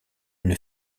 une